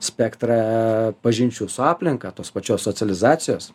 spektrą pažinčių su aplinka tos pačios socializacijos